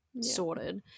sorted